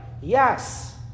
Yes